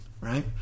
right